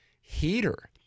heater